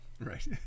Right